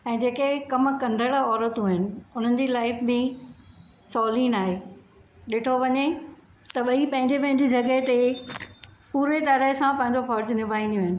ऐं जेके कम कंदड़ औरतूं आहिनि उन्हनि जी लाइफ़ बि सवली न आहे ॾिठो वञे त ॿई पंहिंजे पंहिंजे जॻहि ते पूरे तरह सां पंहिंजो फर्ज़ निभाईंदियूं आहिनि